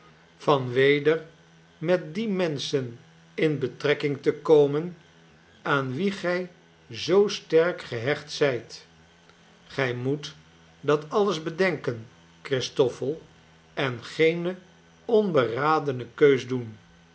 van weder met die menschen in betrekking te komen aan wie gij zoo sterk gehecht zijt gij raoet dat alles bedenken christoffel en geene onberadene keus doen